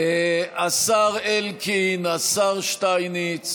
השר אלקין, השר שטייניץ